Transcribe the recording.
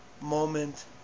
moment